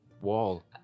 wall